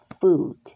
food